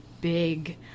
big